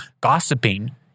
Gossiping